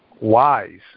wise